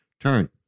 turn